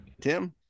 Tim